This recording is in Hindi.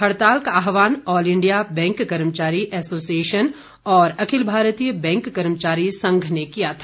हड़ताल का आहवान ऑल इंडिया बैंक कर्मचारी एसोसिएशन और अखिल भारतीय बैंक कर्मचारी संघ ने किया था